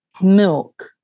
milk